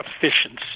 efficiency